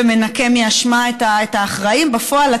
ומנקה מאשמה את האחראים בפועל לטבח,